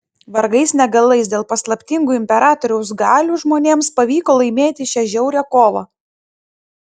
vargais negalais dėl paslaptingų imperatoriaus galių žmonėms pavyko laimėti šią žiaurią kovą